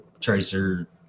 Tracer